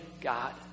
God